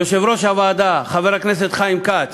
יושב-ראש הוועדה, חבר הכנסת חיים כץ,